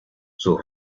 sus